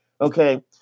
Okay